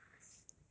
I see